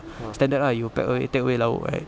standard ah you'll pack away take away lauk right